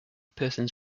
persons